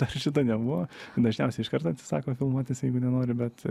dar šito nebuvo dažniausiai iškart atsisako filmuotis jeigu nenori bet